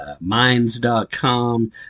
Minds.com